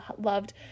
loved